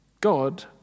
God